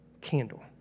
candle